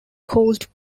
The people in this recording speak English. caused